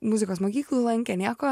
muzikos mokyklą lankė nieko